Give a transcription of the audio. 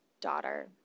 daughter